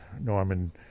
norman